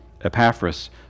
Epaphras